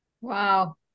Wow